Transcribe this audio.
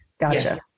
Gotcha